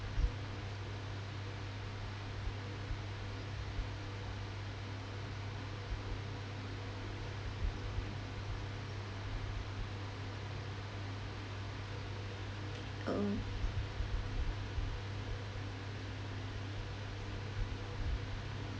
oh oh